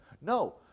No